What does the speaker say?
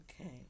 okay